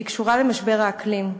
והיא קשורה למשבר האקלים.